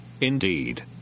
indeed